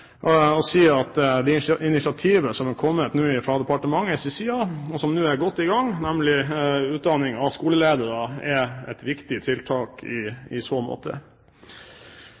å si, som en av de tidligere talerne gjorde, at initiativet som nå er kommet fra departementets side, og som nå er godt i gang, nemlig utdanning av skoleledere, er et viktig tiltak.